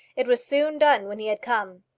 it was soon done when he had come.